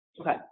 Okay